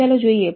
ચાલો જોઈએ